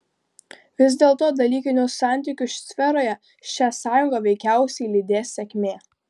vis dėlto dalykinių santykių sferoje šią sąjungą veikiausiai lydės sėkmė